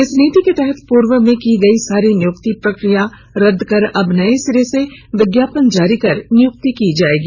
इस नीति के तहत पूर्व में की गयी सारी नियुक्ति प्रक्रिया रद्द कर अब नये सिरे से विज्ञापन जारी कर नियुक्ति की जायेगी